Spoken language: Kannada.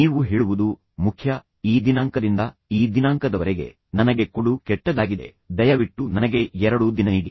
ನೀವು ಹೇಳುವುದು ಮುಖ್ಯ ಈ ದಿನಾಂಕದಿಂದ ಈ ದಿನಾಂಕದವರೆಗೆ ನನಗೆ ಕೊಡು ಕೆಟ್ಟದಾಗಿದೆ ದಯವಿಟ್ಟು ನನಗೆ ಎರಡು ದಿನ ನೀಡಿ